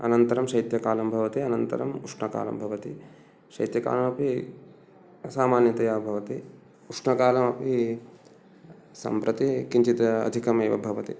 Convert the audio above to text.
अनन्तरं शैत्यकालः भवति अनन्तरम् उष्णकालः भवति शैत्यकालः अपि सामान्यतया भवति उष्णकालः अपि सम्प्रति किञ्चित् अधिकमेव भवति